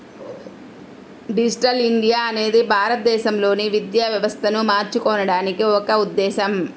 digital India అనేది భారతదేశంలోని విద్యా వ్యవస్థను మార్చడానికి ఒక ఉద్ధేశం